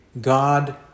God